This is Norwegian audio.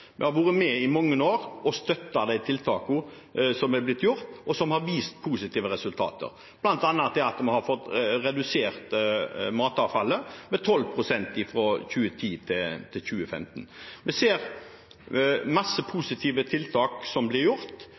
nå har innført. Vi har i mange år støttet de tiltakene som er blitt gjort, og som har vist positive resultat, bl.a. har vi fått redusert matavfallet med 12 pst. fra 2010 til 2015. Vi ser masse positive tiltak som blir gjort,